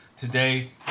today